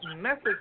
message